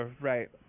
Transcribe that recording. Right